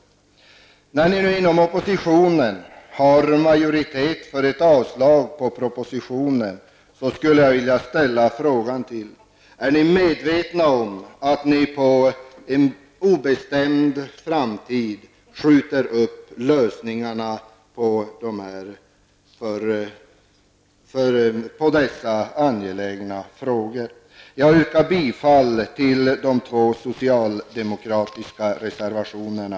När ni nu inom oppositionen har majoritet för avslag på propositionen, så skulle jag vilja fråga: Är ni medvetna om att ni till en obestämd framtid skjuter upp lösningarna på dessa angelägna frågor? Jag yrkar bifall till de socialdemokratiska reservationerna.